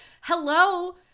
hello